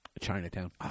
Chinatown